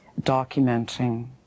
documenting